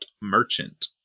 Merchant